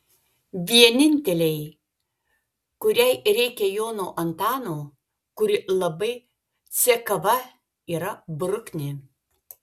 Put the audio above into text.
vienintelei kuriai reikia jono antano kuri labai cekava yra bruknė